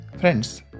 Friends